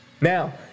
Now